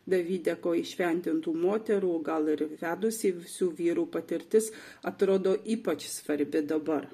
davideko įšventintų moterų gal ir vedusį vedusių vyrų patirtis atrodo ypač svarbi dabar